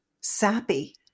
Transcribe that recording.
sappy